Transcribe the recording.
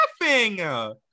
laughing